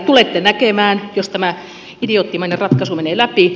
tulette näkemään jos tämä idioottimainen ratkaisu menee läpi